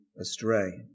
astray